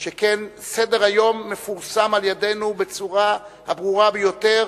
שכן סדר-היום מפורסם על-ידינו בצורה הברורה ביותר